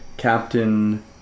Captain